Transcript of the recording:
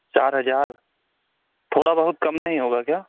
चार हज़ार थोड़ा बहुत कम नहीं होगा क्या